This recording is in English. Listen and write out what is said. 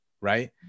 right